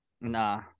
Nah